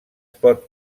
pot